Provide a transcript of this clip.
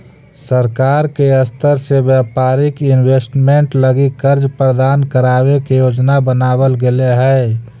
सरकार के स्तर से व्यापारिक इन्वेस्टमेंट लगी कर्ज प्रदान करावे के योजना बनावल गेले हई